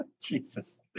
Jesus